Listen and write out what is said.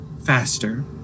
faster